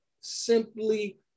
simply